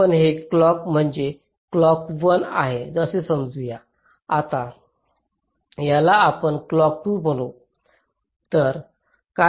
आपण हे क्लॉक म्हणजे क्लॉक 1 आहे असे समजू या याला आपण क्लॉक 2 म्हणू